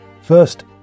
First